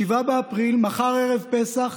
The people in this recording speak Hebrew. מחר ערב פסח,